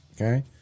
Okay